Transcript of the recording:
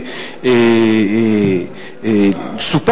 שוחרר.